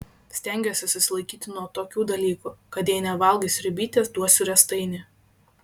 stengiuosi susilaikyti nuo tokių dalykų kad jei nevalgai sriubytės duosiu riestainį